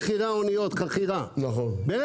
חבר הכנסת ביטן,